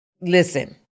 listen